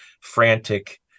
frantic